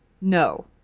No